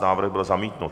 Návrh byl zamítnut.